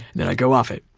then i'd go off it.